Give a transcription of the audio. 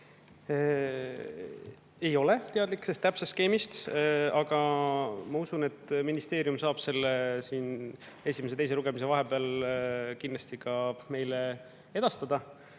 ei ole teadlik täpsest skeemist, aga ma usun, et ministeerium saab selle esimese ja teise lugemise vahepeal kindlasti meile edastada,